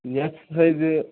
X size